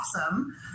awesome